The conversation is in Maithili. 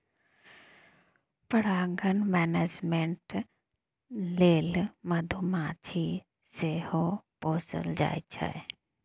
परागण मेनेजमेन्ट लेल मधुमाछी सेहो पोसल जाइ छै